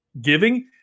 giving